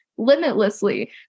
limitlessly